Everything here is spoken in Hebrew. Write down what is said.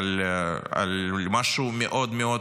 על משהו מאוד מאוד